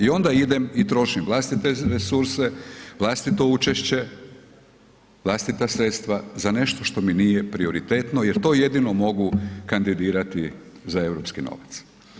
I onda idem i trošim vlastite resurse, vlastito učešće, vlastita sredstva za nešto što mi nije prioritetno jer to jedino mogu kandidirati za europski novac.